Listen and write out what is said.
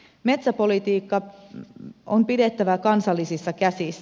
metsäpolitiikka on pidettävä kansallisissa käsissä